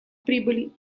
прибыли